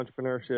entrepreneurship